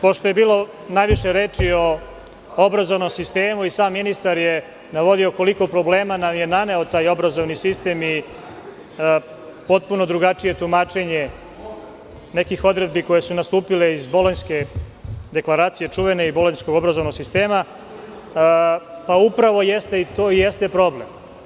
Pošto je bilo najviše reči o obrazovnom sistemu i sam ministar je navodio koliko problema nam je naneo taj obrazovni sistem i potpuno drugačije tumačenje nekih odredbi koje su nastupile iz Bolonjske deklaracije, čuvene, i bolonjskog obrazovnog sistema, to jeste problem.